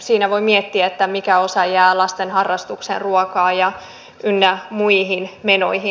siinä voi miettiä mikä osa jää lasten harrastukseen ruokaan ynnä muihin menoihin